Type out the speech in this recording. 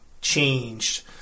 changed